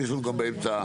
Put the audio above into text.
ויש לנו באמצע עוד דברים.